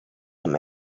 him